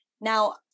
Now